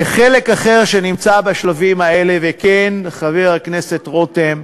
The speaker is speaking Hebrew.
וחלק אחר שנמצא בשלבים האלה, וכן, חבר הכנסת רותם,